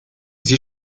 sie